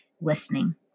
listening